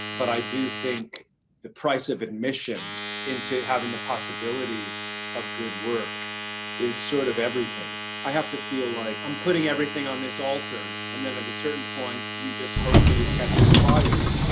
but i do think the price of admission into having the possibility of good work is sort of everything. i have to feel like i'm putting everything on this alter, and then at a certain point, you just hope that it catches fire,